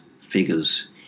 figures